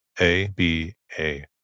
A-B-A